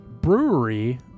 brewery